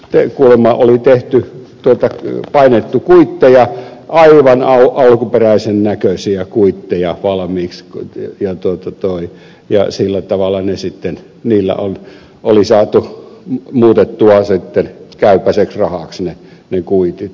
niillä kuulemma oli painettu kuitteja aivan alkuperäisen näköisiä kuitteja valmiiksi ja sillä tavalla ne sitten niillä on on oli saatu muutettua sitten käypäiseksi rahaksi ne kuitit